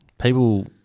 People